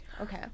Okay